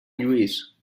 lluís